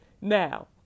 Now